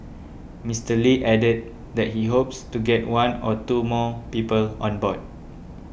Mister Lee added that he hopes to get one or two more people on board